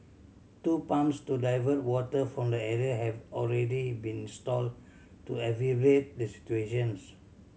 two pumps to divert water from the area have already been installed to alleviate the situations